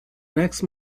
next